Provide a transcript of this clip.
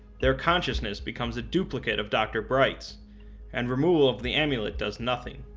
their consciousness becomes a duplicate of dr. bright's and removal of the amulet does nothing.